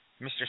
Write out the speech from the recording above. Mr